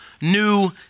new